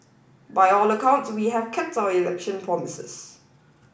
by all accounts we have kept our election promises